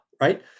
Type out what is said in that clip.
right